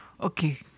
Okay